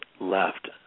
left